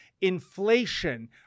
Inflation